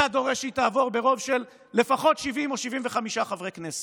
אתה דורש שהיא תעבור ברוב של לפחות 70 או 75 חברי כנסת.